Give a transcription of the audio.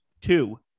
Two